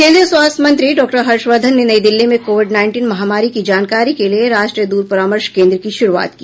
केंद्रीय स्वास्थ्य मंत्री डाक्टर हर्षवर्धन ने नई दिल्ली में कोविड नाईनटीन महामारी की जानकारी के लिए राष्ट्रीय द्र परामर्श केंद्र की शुरूआत की